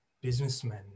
businessmen